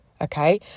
okay